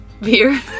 beer